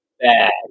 Bad